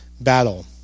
battle